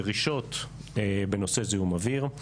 דרישות בנושא זיהום אוויר.